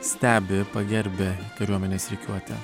stebi pagerbia kariuomenės rikiuotę